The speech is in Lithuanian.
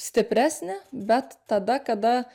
stipresnį bet tada kada